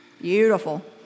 beautiful